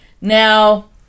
now